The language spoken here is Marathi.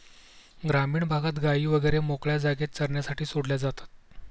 ग्रामीण भागात गायी वगैरे मोकळ्या जागेत चरण्यासाठी सोडल्या जातात